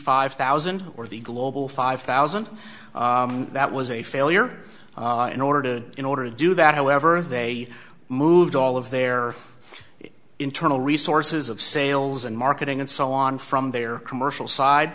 five thousand or the global five thousand that was a failure in order to in order to do that however they moved all of their internal resources of sales and marketing and so on from their commercial side